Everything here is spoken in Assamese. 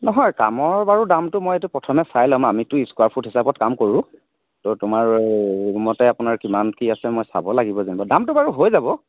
নহয় কামৰ বাৰু মই দামটো প্ৰথমে চাই ল'ম আমিতো স্কুৱাৰফুট হিচাপত কাম কৰোঁ তো তোমাৰ মতে কিমান কি আছে মই চাব লাগিব যেনিবা দামটো বাৰু হৈ যাব